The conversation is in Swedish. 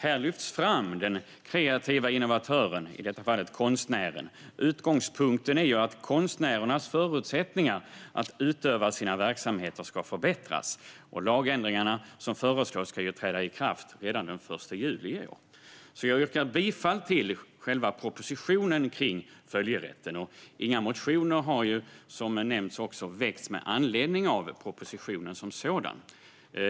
Här lyfts den kreativa innovatören, i detta fall konstnären, fram. Utgångspunkten är att konstnärernas förutsättningar att utöva sina verksamheter ska förbättras. De föreslagna lagändringarna ska träda i kraft redan den 1 juli i år. Jag yrkar bifall till själva propositionen kring följerätten. Inga motioner har, som nämnts, väckts med anledning av propositionen som sådan.